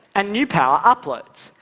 and new power uploads.